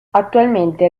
attualmente